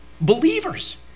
believers